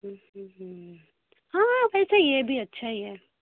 ہاں ویسے یہ بھی اچھا ہی ہے